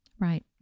right